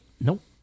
Nope